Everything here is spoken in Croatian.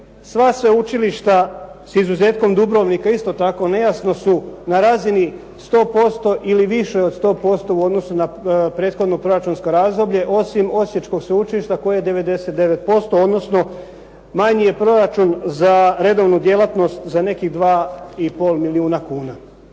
sva sveučilišta sa izuzetkom Dubrovnika isto tako nejasno su na razini sto posto ili više od sto posto u odnosu na prethodno proračunsko razdoblje osim osječkog sveučilišta koje je 99% odnosno manji je proračun za redovnu djelatnost za nekih dva i pol milijuna kuna.